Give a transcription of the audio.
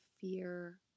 fear